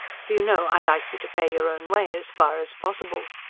for you know i like you to pay your own way as far as possible.